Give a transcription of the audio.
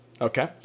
Okay